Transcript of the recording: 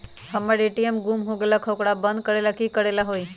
हमर ए.टी.एम गुम हो गेलक ह ओकरा बंद करेला कि कि करेला होई है?